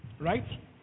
right